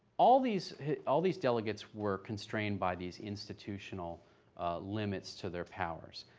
all these all these delegates were constrained by these institutional limits to their powers.